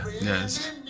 Yes